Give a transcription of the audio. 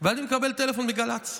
ואני מקבל טלפון מגל"צ,